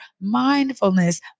Mindfulness